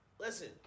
Listen